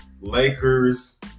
Lakers